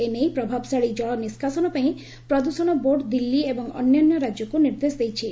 ଏ ନେଇ ପ୍ରଭାବଶାଳୀ ଜଳ ନିଷ୍କାସନ ପାଇଁ ପ୍ରଦୂଷଣ ବୋର୍ଡ୍ ଦିଲ୍ଲୀ ଏବଂ ଅନ୍ୟାନ୍ୟ ରାଜ୍ୟକୁ ନିର୍ଦ୍ଦେଶ ଦେଇଛି